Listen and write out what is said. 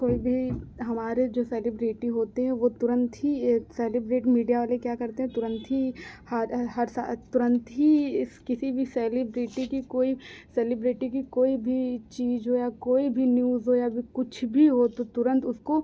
कोई भी हमारे जो सेलेब्रिटी होते हैं वो तुरंत ही सेलेब्रि मीडिया वाले क्या करते हैं तुरंत ही हर सा तुंरत ही किसी भी सेलेब्रिटी की कोई सेलेब्रिटी की कोई भी चीज हो कोई भी न्यूज हो या फिर कुछ भी हो तो तुरंत उसको